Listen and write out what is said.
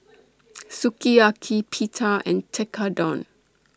Sukiyaki Pita and Tekkadon